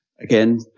again